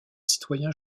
citoyen